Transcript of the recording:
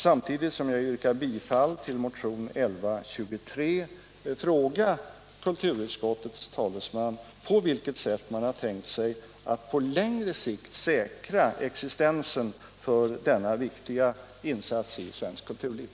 Samtidigt som jag yrkar bifall till motionen 1123 vill jag fråga kulturutskottets talesman på vilket sätt man har tänkt sig att på längre sikt säkra existensen för denna viktiga insats i svenskt kulturliv.